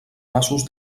masos